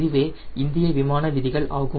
இதுவே இந்திய விமான விதிகள் ஆகும்